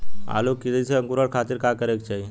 आलू के तेजी से अंकूरण खातीर का करे के चाही?